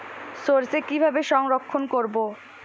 সরষে কিভাবে সংরক্ষণ করব?